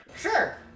Sure